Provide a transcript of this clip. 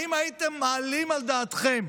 האם הייתם מעלים על דעתכם